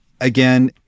Again